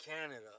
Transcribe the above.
Canada